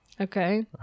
Okay